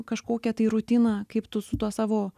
kažkokią tai rutiną kaip tu su tuo savo